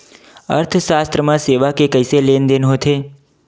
अर्थशास्त्र मा सेवा के कइसे लेनदेन होथे?